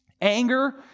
Anger